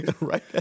right